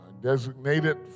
designated